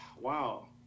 wow